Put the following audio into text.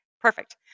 perfect